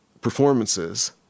performances